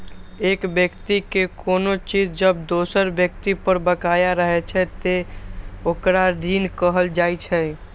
एक व्यक्ति के कोनो चीज जब दोसर व्यक्ति पर बकाया रहै छै, ते ओकरा ऋण कहल जाइ छै